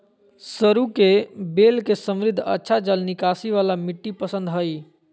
सरू के बेल के समृद्ध, अच्छा जल निकासी वाला मिट्टी पसंद हइ